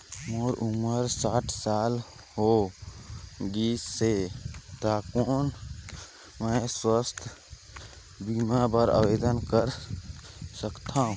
मोर उम्र साठ साल हो गे से त कौन मैं स्वास्थ बीमा बर आवेदन कर सकथव?